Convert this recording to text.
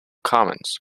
commons